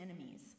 enemies